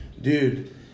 dude